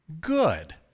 Good